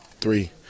three